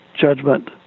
judgment